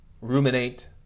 ruminate